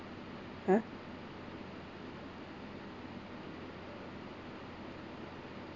ah